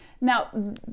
Now